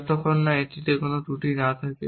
যতক্ষণ না এটিতে কোনও ত্রুটি না থাকে